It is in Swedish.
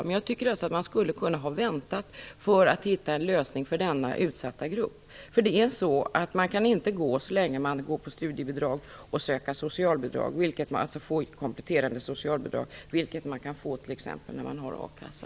Men jag tycker att man skulle ha kunnat vänta för att hitta en lösning för denna utsatta grupp. För så länge man går på studiebidrag kan man inte söka kompletterande socialbidrag, vilket man kan t.ex. när man har a-kassa.